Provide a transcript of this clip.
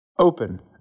Open